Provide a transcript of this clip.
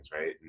right